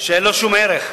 שאין לו שום ערך.